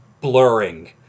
blurring